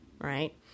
right